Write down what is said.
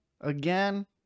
again